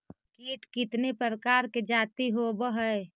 कीट कीतने प्रकार के जाती होबहय?